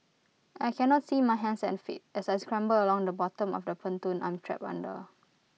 I cannot see my hands and feet as I scramble along the bottom of the pontoon I'm trapped under